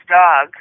dog